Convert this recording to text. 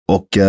Och